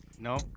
No